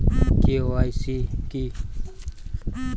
KYC কি?